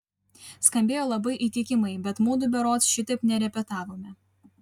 skambėjo labai įtikimai bet mudu berods šitaip nerepetavome